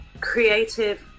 creative